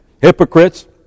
hypocrites